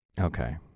Okay